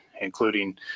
including